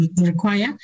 require